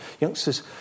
youngsters